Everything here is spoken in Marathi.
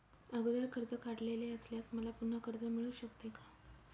अगोदर कर्ज काढलेले असल्यास मला पुन्हा कर्ज मिळू शकते का?